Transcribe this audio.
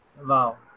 Wow